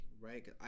right